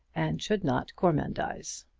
and should not gormandize.